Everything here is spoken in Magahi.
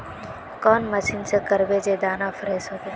कौन मशीन से करबे जे दाना फ्रेस होते?